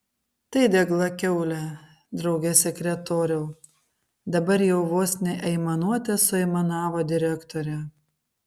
tai degla kiaulė drauge sekretoriau dabar jau vos ne aimanuote suaimanavo direktorė